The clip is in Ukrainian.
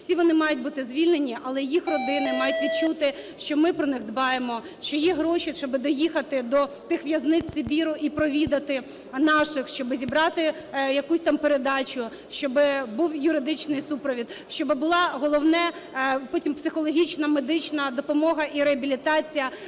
Всі вони мають бути звільнені. Але їх родини мають відчути, що ми про них дбаємо, що є гроші, щоби доїхати до тих в'язниць Сибіру і провідати наших, щоби зібрати якусь там передачу, щоби був юридичний супровід, щоб була, головне, потім психологічна, медична допомога і реабілітація.